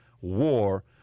war